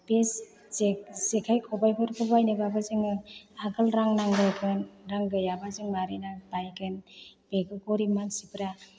बे जे जेखाय खबायफोरखौ बायनो बाबो जोङो आगोल रां नांगोरगोन रां गैयाब्ला जोङो मारै बायगोन बेखौ गरिब मानसिफोरा